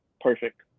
perfect